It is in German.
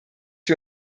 wir